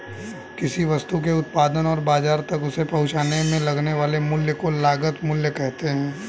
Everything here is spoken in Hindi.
किसी वस्तु के उत्पादन और बाजार तक उसे पहुंचाने में लगने वाले मूल्य को लागत मूल्य कहते हैं